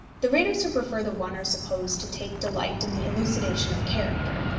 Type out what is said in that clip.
the readers who prefer the one are supposed to take delight in the elucidation of character.